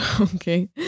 Okay